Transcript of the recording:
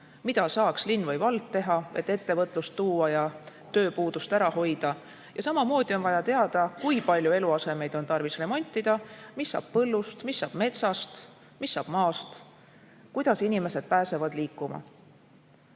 mida saaks linn või vald teha, et ettevõtlust juurde tuua ja tööpuudust ära hoida. Samamoodi on vaja teada, kui palju eluasemeid on tarvis remontida, mis saab põllust, mis saab metsast, mis saab maast, kuidas inimesed pääsevad liikuma.